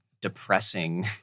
depressing